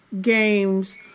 games